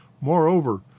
Moreover